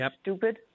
stupid